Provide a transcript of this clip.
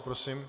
Prosím.